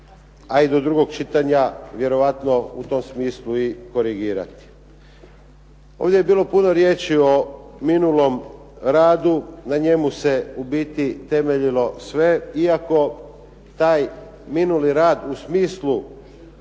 a i do drugog čitanja vjerovatno u tom smislu i korigirati. Ovdje je bilo puno riječi o minulom radu. Na njemu se u biti temeljilo sve, iako taj minuli rad u smislu